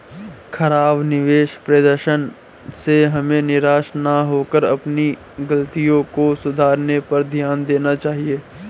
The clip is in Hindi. खराब निवेश प्रदर्शन से हमें निराश न होकर अपनी गलतियों को सुधारने पर ध्यान देना चाहिए